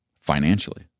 financially